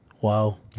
Wow